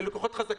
ללקוחות חזקים.